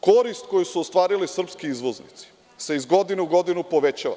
Korist koju su ostvarili srpski izvoznici se iz godine u godinu povećava.